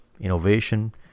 innovation